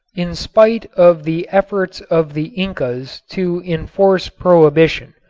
in spite of the efforts of the incas to enforce prohibition.